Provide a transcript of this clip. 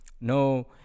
No